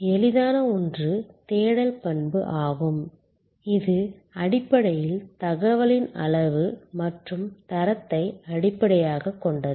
எளிதான ஒன்று தேடல் பண்பு ஆகும் இது அடிப்படையில் தகவலின் அளவு மற்றும் தரத்தை அடிப்படையாகக் கொண்டது